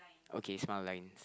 okay it's not a line